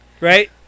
Right